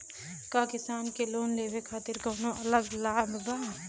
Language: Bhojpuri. का किसान के लोन लेवे खातिर कौनो अलग लाभ बा?